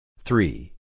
Three